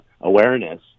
awareness